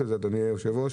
בכלל.